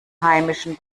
heimischen